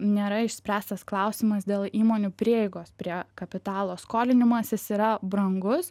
nėra išspręstas klausimas dėl įmonių prieigos prie kapitalo skolinimasis yra brangus